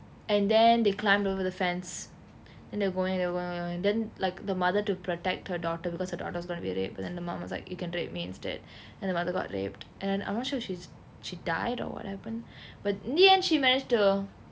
and then they climbed over the fence and they were going they were going going then like the mother to protect her daughter because her daughter was going to be raped then the mom was like you can rape me instead then the mother got raped and then I'm not sure she's she died or what happened but in the end she managed to